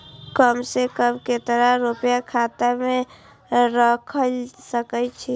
कम से कम केतना रूपया खाता में राइख सके छी?